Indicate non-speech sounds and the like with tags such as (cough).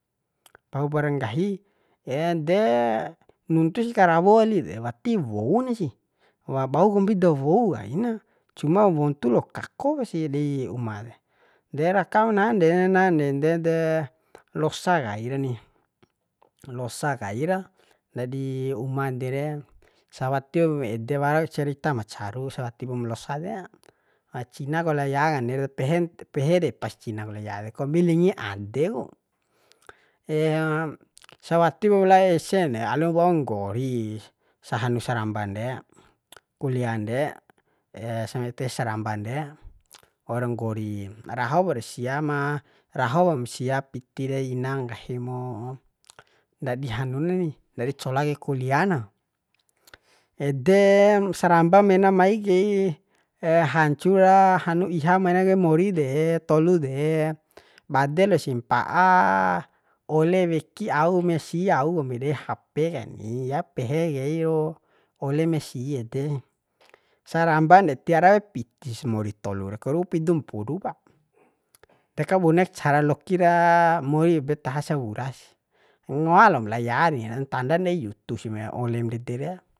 Pahupara nggahi (hesitation) de nuntus karawo wali de wati woun sih wabau kombi da wou kaina cuma wontu lo kako sih dei uma de de rakam nandenande nde de losa kai rani (noise) losa kaira ndadi uma dere sawatiw ede warak cerita ma caru sawati pum losa de (hesitation) cinak la ya kani pehen (hesitation) pehe depas cinak la ya de kombi lingi ade ku (hesitation) (noise) sawatiku lao esene alum wau nggoris sahan saramban de (noise) kulian de (hesitation) sameste saramban de (noise) waura nggori rahokure sia ma rahom sia piti de ina nggahi mo (noise) ndadi hanunani ndadi cola kai kuliah na (noise) ede (hesitation) saramba menam mai kai (hesitation) hancura hanu iha mena kai mori de tolu de bade losi mpa'a ole weki au mesi au kombi de hape keni ya pehe kairo ole mesi ede (noise) saramban de tiara pitis mori tolu de karu'u pidum mpuru pa (noise) de kabunek cara lokira mori betaha sawurasi ngoalom la ya ni ntandan dei yutusi ma olem ndede re